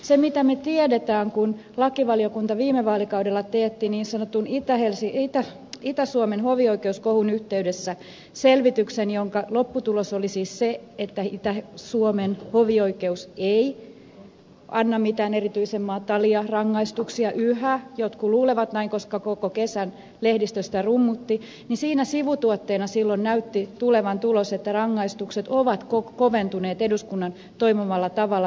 se minkä me tiedämme kun lakivaliokunta viime vaalikaudella teetti niin sanotun itä suomen hovioikeuskohun yhteydessä selvityksen jonka lopputulos oli siis se että itä suomen hovioikeus ei anna mitään erityisen matalia rangaistuksia yhä jotkut luulevat näin koska koko kesän lehdistö sitä rummutti niin siinä sivutuotteena näytti tulevan tulos että rangaistukset ovat koventuneet eduskunnan toivomalla tavalla pikkuhiljaa